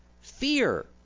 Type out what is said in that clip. fear